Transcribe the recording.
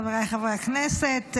חבריי חברי הכנסת,